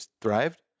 thrived